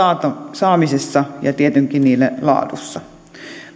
saamisessa ja tietenkin niiden laadussa